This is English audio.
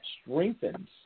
strengthens